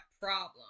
problem